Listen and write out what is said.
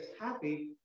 happy